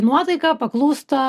nuotaika paklūsta